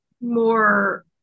more